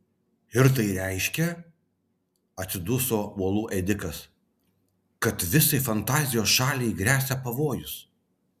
ir tai reiškia atsiduso uolų ėdikas kad visai fantazijos šaliai gresia pavojus